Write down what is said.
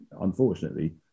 unfortunately